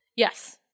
Yes